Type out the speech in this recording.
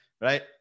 right